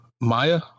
Maya